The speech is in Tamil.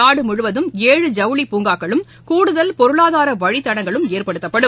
நாடு முழுவதும் ஏழு ஜவுளிக் பூங்காக்களும் கூடுதல் பொருளாதார வழித்தடங்களும் ஏற்படுத்தப்படும்